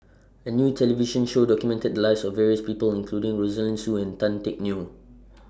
A New television Show documented The Lives of various People including Rosaline Soon and Tan Teck Neo